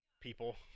people